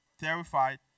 terrified